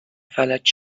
فلج